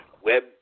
web